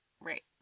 right